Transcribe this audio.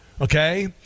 Okay